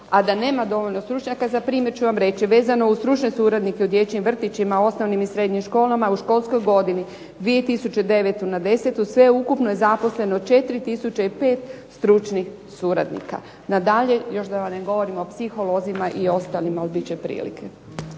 A da nema dovoljno stručnjaka za primjer ću vam reći, vezano uz stručne suradnike u dječjim vrtićima, osnovnim i srednjim školama, u školskoj godini 2009./2010. sveukupno je zaposleno 4005 stručnih suradnika. Nadalje, još da vam ne govorim o psiholozima i ostalima, al bit će prilike.